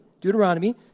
Deuteronomy